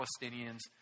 Palestinians